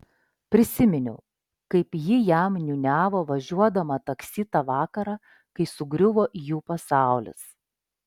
prisiminiau kaip ji jam niūniavo važiuodama taksi tą vakarą kai sugriuvo jų pasaulis